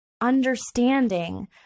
understanding